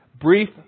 brief